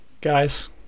Guys